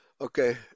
Okay